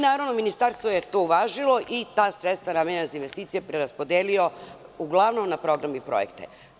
Naravno, Ministarstvo je to uvažilo i ta sredstva namenjena za investicije preraspodelio uglavnom na programe i projekte.